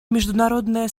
международное